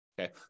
Okay